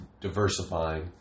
diversifying